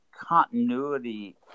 continuity